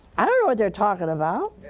i don't know what they're talking about!